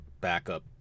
backup